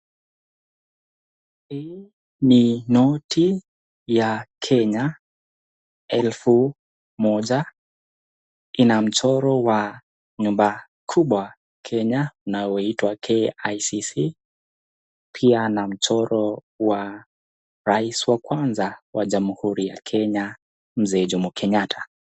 Hii ni noti ya Kenya, elfu moja ina mchoro wa nyumba kubwa Kenya inayoitwa KICC pia na mchoro wa rais wa kwanza wa jamhuri ya Kenya mzee Jomo Kenyatta.